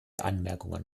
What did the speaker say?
anmerkungen